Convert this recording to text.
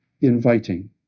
inviting